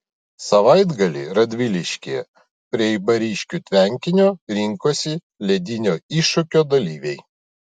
savaitgalį radviliškyje prie eibariškių tvenkinio rinkosi ledinio iššūkio dalyviai